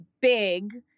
big